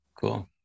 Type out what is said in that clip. Cool